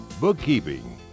bookkeeping